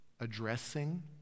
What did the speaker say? addressing